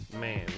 Man